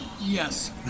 Yes